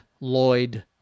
Lloyd